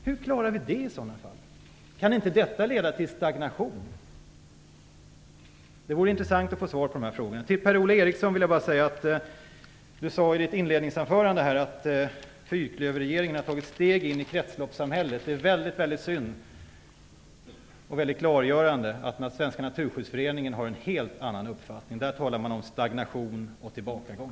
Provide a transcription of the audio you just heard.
Hur klarar vi det? Kan inte detta leda till stagnation? Det vore intressant att få svar på dessa frågor. Per-Ola Eriksson sade i sitt inledningsanförande att fyrklöverregeringen har tagit steg in i kretsloppssamhället. Det är mycket synd och mycket klargörande att Svenska Naturskyddsföreningen har en helt annan uppfattning. Där talar man om stagnation och tillbakagång.